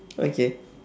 okay